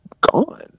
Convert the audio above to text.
gone